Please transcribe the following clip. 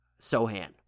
Sohan